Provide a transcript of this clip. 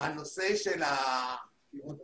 הנושא של הפטירות,